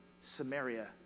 Samaria